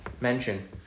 mention